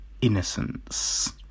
innocence